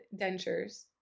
dentures